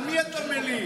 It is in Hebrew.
על מי אתה מלין?